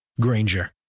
Granger